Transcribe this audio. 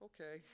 Okay